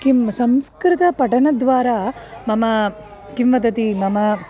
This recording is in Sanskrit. किं संस्कृतपठनद्वारा मम किं वदति मम